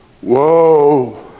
Whoa